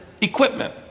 equipment